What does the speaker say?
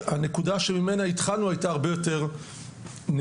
הנקודה שממנה התחלנו הייתה הרבה יותר נמוכה.